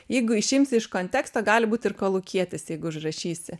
jeigu išimsi iš konteksto gali būti ir kolūkietis jeigu užrašysi